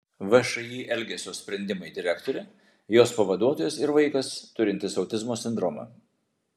všį elgesio sprendimai direktorė jos pavaduotojas ir vaikas turintis autizmo sindromą